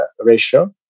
ratio